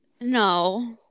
No